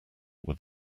were